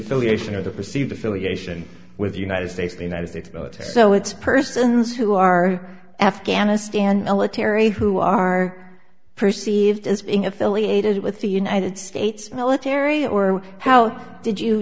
affiliation or the perceived affiliation with the united states the united states military so it's persons who are afghanistan l a terry who are perceived as being affiliated with the united states military or how did you